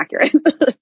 accurate